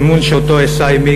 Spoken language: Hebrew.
אמון שאותו אשא עמי,